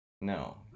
No